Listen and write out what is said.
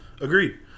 Agreed